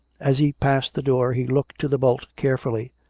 as he passed the door he looked to the bolt carefully.